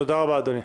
תודה רבה, אדוני.